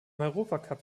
europacup